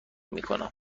میکنم